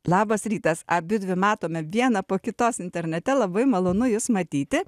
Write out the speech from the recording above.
labas rytas abidvi matome vieną po kitos internete labai malonu jus matyti